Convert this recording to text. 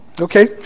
okay